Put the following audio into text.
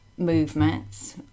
movements